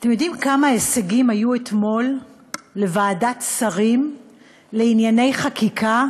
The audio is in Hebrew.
אתם יודעים כמה הישגים היו אתמול לוועדת שרים לענייני חקיקה,